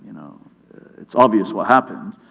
you know it's obvious what happened.